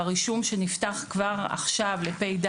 ברישום שנפתח כבר עכשיו לתשפ"ד,